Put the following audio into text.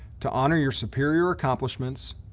to honor your superior accomplishments,